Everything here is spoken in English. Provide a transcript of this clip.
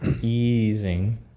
Easing